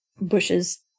bushes